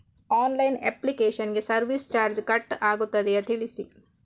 Online application ಗೆ service charge cut ಆಗುತ್ತದೆಯಾ ತಿಳಿಸಿ?